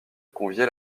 conviait